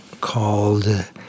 called